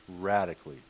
radically